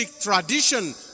tradition